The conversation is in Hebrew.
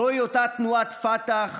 זוהי אותה תנועת פת"ח